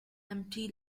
empty